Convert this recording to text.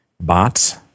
bots